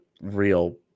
real